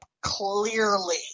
clearly